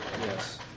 Yes